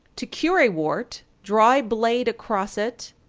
to cure a wart draw a blade across it,